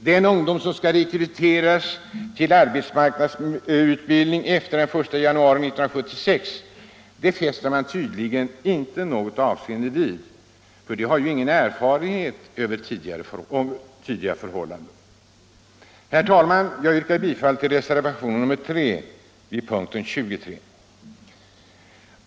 Den ungdom som skall rekryteras till arbetsmarknadsutbildning efter den 1 januari 1976 fäster man tydligen inte något avseende vid — den har ju ingen erfarenhet av tidigare förhållanden. Herr talman! Jag yrkar bifall till reservationen 3 vid punkten 23.